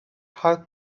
halk